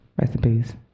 recipes